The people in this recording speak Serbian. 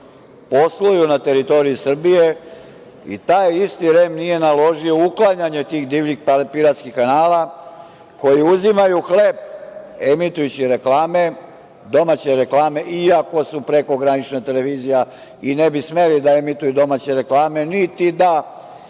posluju na teritoriji Srbije i taj isti REM nije naložio uklanjanje tih divljih, piratskih kanala, koji uzimaju hleb, emitujući reklame, domaće reklame i ako su prekogranična televizija i ne bi smeli da emituju domaće reklame, niti da